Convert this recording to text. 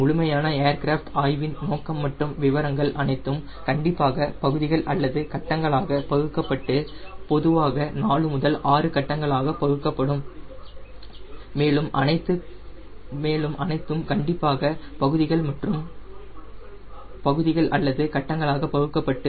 முழுமையான ஏர்கிராஃப்ட் ஆய்வின் நோக்கம் மற்றும் விவரங்கள் அனைத்தும் கண்டிப்பாக பகுதிகள் அல்லது கட்டங்களாக பகுக்கப்பட்டு பொதுவாக 4 முதல் 6 கட்டங்களாக பகுக்கப்படும்